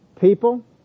people